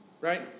Right